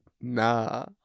Nah